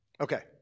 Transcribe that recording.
Okay